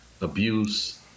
abuse